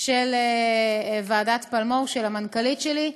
של ועדת פלמור, של המנכ"לית שלי.